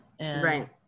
right